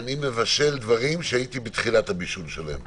אני מבשל דברים שהייתי בתחילת הבישול שלהם,